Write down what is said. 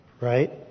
Right